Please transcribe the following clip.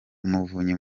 umuvunyi